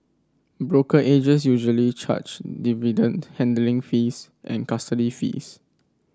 brokerages usually charge dividend handling fees and custody fees